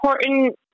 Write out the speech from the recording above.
important